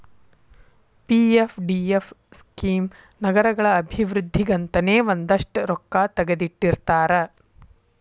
PFDF scheme ನಗರಗಳ ಅಭಿವೃದ್ಧಿಗಂತನೇ ಒಂದಷ್ಟ್ ರೊಕ್ಕಾ ತೆಗದಿಟ್ಟಿರ್ತಾರ